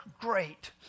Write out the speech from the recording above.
great